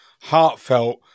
heartfelt